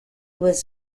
was